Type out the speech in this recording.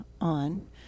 on